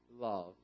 love